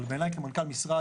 בעיניי כמנכ"ל משרד,